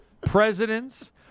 Presidents